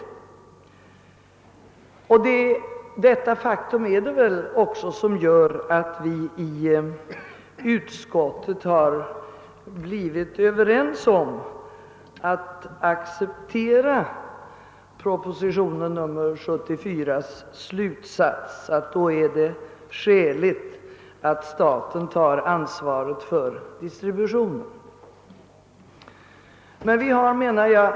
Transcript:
Det är väl också detta faktum som har gjort att vi i utskottet har blivit överens om att acceptera slutsatsen i proposition 74, att det är skäligt att staten också tar ansvaret för distributionen.